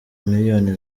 miliyoni